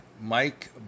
Mike